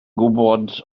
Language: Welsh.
gwybod